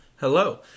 Hello